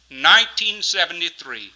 1973